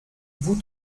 vous